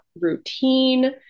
routine